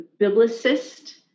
biblicist